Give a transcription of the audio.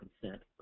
consent